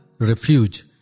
refuge